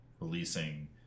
releasing